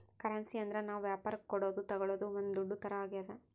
currency ಅಂದ್ರ ನಾವ್ ವ್ಯಾಪರಕ್ ಕೊಡೋದು ತಾಗೊಳೋದು ಒಂದ್ ದುಡ್ಡು ತರ ಆಗ್ಯಾದ